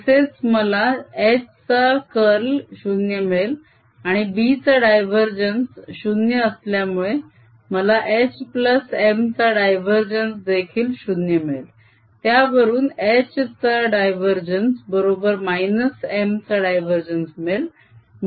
तसेच मला H चा कर्ल 0 मिळेल आणि B चा डायवरजेन्स 0 असल्यामुळे मला HM चा डायवरजेन्स देखील 0 मिळेल त्यावरून H चा डायवरजेन्स बरोबर - M चा डायवरजेन्स मिळेल